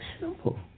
Simple